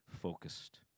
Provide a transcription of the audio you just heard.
focused